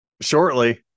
shortly